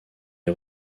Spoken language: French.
est